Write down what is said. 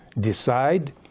decide